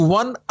one